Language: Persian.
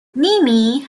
نیمی